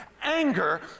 anger